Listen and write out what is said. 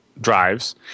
drives